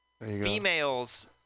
Females